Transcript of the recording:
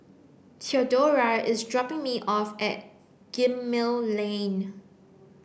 Theodora is dropping me off at Gemmill Lane